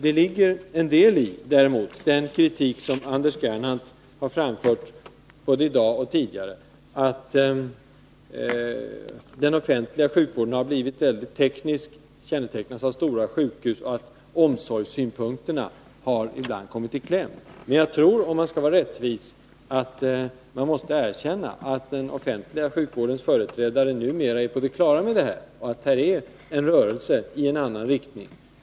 Det ligger däremot en del i den kritik som Anders Gernandt har framfört, både i dag och tidigare, nämligen att den offentliga sjukvården har blivit mycket teknisk. Den kännetecknas av stora sjukhus, och omsorgssynpunkterna har ibland kommit i kläm. Men jag tror att man, om man skall vara rättvis, måste erkänna att den offentliga sjukvårdens företrädare numera är på det klara med detta och att här är en rörelse i annan riktning.